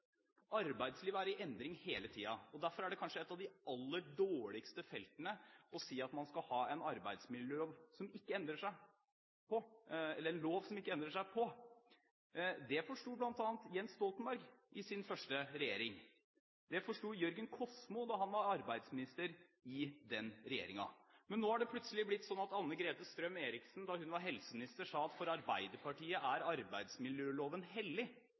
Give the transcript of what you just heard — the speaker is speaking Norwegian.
Arbeidslivet er i endring hele tiden. Derfor er det kanskje et av de aller dårligste feltene når det gjelder å si at man skal ha en lov som ikke endrer seg. Det forsto bl.a. Jens Stoltenberg i sin første regjering. Det forsto Jørgen Kosmo da han var arbeidsminister i den regjeringen. Men nå har det plutselig blitt sånn at Anne-Grete Strøm-Erichsen, da hun var helseminister, sa at for Arbeiderpartiet er arbeidsmiljøloven hellig.